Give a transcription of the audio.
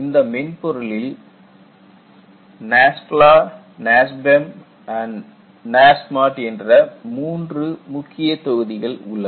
இந்த மென்பொருளில் NASFLA NASBEM and NASMAT என்ற மூன்று முக்கியதொகுதிகள் உள்ளன